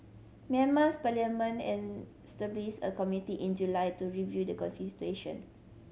Myanmar's parliament established a committee in July to review the constitution